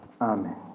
Amen